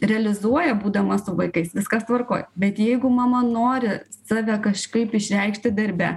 realizuoja būdama su vaikais viskas tvarkoj bet jeigu mama nori save kažkaip išreikšti darbe